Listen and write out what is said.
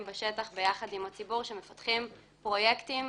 בשטח ביחד עם הציבור ומפתחים פרויקטים.